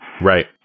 Right